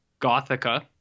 Gothica